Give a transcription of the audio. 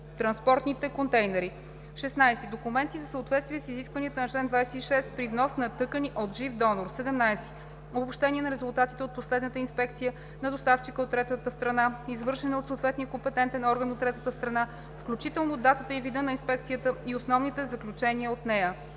транспортните контейнери; 16. документи за съответствие с изискванията на чл. 26 при внос на тъкани от жив донор; 17. обобщение на резултатите от последната инспекция на доставчика от третата страна, извършена от съответния компетентен орган от третата страна, включително датата и вида на инспекцията и основните заключения от нея.